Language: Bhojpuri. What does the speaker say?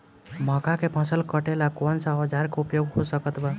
मक्का के फसल कटेला कौन सा औजार के उपयोग हो सकत बा?